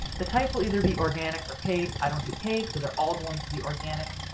the type will either be organic or paid, i don't do paid so they're all going to be organic.